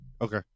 okay